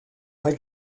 mae